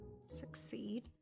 Succeed